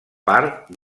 part